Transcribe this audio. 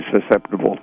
susceptible